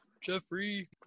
Jeffrey